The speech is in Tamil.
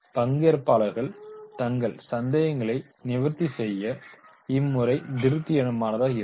பங்கேற்பாளர்கள் தங்கள் சந்தேகங்களை நிவர்த்தி செய்ய இம்முறை திருப்திகரமானதாக இருக்கும்